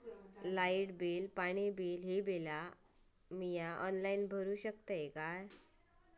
Light bill, पाणी bill, ही बिला आम्ही ऑनलाइन भरू शकतय का?